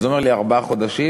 אז הוא אומר לי: ארבעה חודשים?